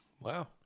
Wow